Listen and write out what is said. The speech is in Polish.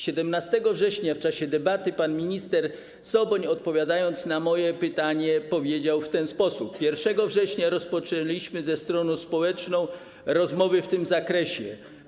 17 września w czasie debaty pan minister Soboń, odpowiadając na moje pytanie, powiedział w ten sposób: 1 września rozpoczęliśmy ze stroną społeczną rozmowy w tym zakresie.